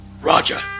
Roger